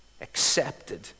accepted